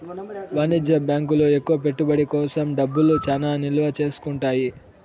వాణిజ్య బ్యాంకులు ఎక్కువ పెట్టుబడి కోసం డబ్బులు చానా నిల్వ చేసుకుంటాయి